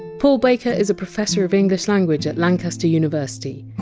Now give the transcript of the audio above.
paul baker is a professor of english language at lancaster university.